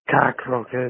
cockroaches